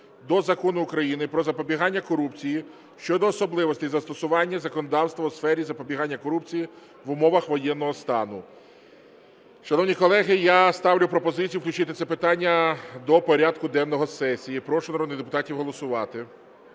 до Закону Україні "Про запобігання корупції" щодо особливостей застосування законодавства у сфері запобігання корупції в умовах воєнного стану. Шановні колеги, я ставлю пропозицію включити це питання до порядку денного сесії. Прошу народних депутатів голосувати